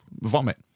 vomit